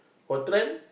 for trend